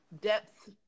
depth